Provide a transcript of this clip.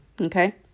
Okay